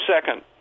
second